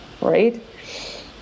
right